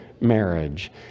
marriage